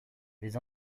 les